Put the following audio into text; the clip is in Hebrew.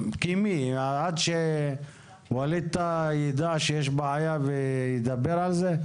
עד שווליד טאהא יידע שיש בעיה וידבר על זה?